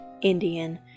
Indian